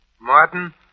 Martin